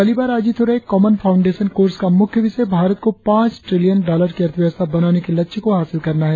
पहली बार आयोजित हो रहे कॉमन फाउंडेशन कोर्स का मुख्य विषय भारत को पांच ट्रिलियन डॉलर की अर्थव्यवस्था बनाने के लक्ष्य को हासिल करना है